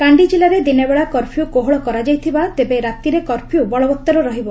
କାଣ୍ଡି ଜିଲ୍ଲାରେ ଦିନବେଳା କର୍ଫ୍ୟୁ କୋହଳ କରାଯାଇଥିଲା ତେବେ ରାତିରେ କର୍ଫ୍ୟୁ ବଳବତ୍ତର ରହିବ